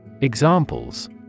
Examples